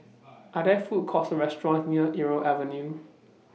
Are There Food Courts Or restaurants near Irau Avenue